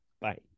Bye